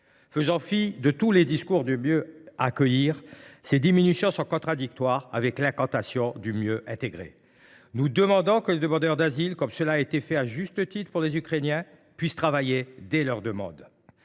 Faisant fi des discours prônant le « mieux accueillir », ces diminutions sont contradictoires avec l’incantation du « mieux intégrer ». Nous demandons que tous les demandeurs d’asile, comme cela a été fait à juste titre pour les Ukrainiens, puissent travailler dès l’instant